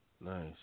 Nice